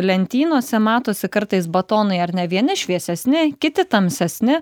lentynose matosi kartais batonai ar ne vieni šviesesni kiti tamsesni